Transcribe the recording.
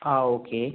ആ ഓക്കെ